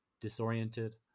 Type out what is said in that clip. Disoriented